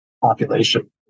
population